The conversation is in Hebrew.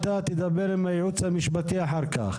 תדבר עם הייעוץ המשפטי לאחר הישיבה.